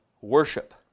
worship